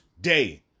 day